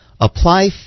Apply